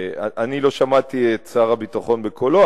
אני לא שמעתי את שר הביטחון בקולו,